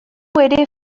ere